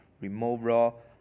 removal